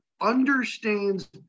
understands